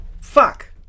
fuck